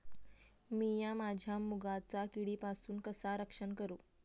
मीया माझ्या मुगाचा किडीपासून कसा रक्षण करू?